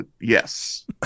Yes